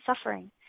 suffering